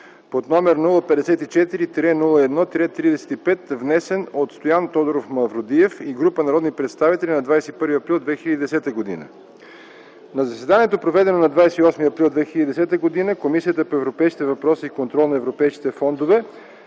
надзор, № 054-01-35, внесен от Стоян Тодоров Мавродиев и група народни представители на 21 април 2010 г. На заседанието, проведено на 28 април 2010 г., Комисията по европейските въпроси и контрол на европейските фондове